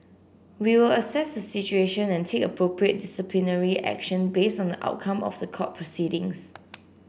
we will assess the situation and take appropriate disciplinary action based on the outcome of the court proceedings